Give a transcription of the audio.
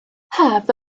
have